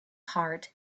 heart